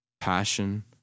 passion